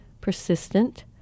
persistent